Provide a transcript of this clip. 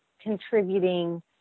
contributing